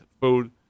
food